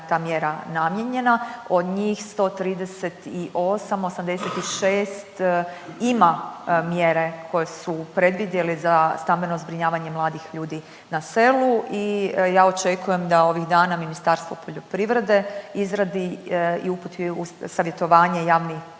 ta mjera namijenjena. Od njih 138, 86 ima mjere koje su predvidjeli za stambeno zbrinjavanje mladih ljudi na selu. I ja očekujem da ovih dana Ministarstvo poljoprivrede izradi i uputi u savjetovanje javni